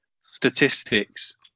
statistics